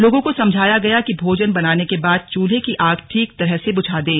लोगों को समझाया गया कि भोजन बनाने के बाद चूल्हे की आग ठीक तरह से बुझा दें